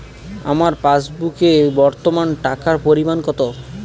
আমার পাসবুকে বর্তমান টাকার পরিমাণ কত?